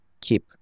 keep